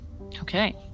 Okay